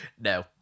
No